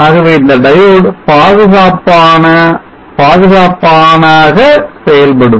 ஆகவே இந்த diode பாதுகாப்பானாக செயல்படும்